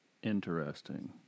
Interesting